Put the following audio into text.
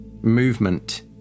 movement